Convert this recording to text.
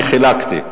אני חילקתי.